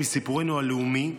מסיפורנו הלאומי,